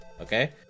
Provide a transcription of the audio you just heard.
Okay